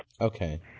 Okay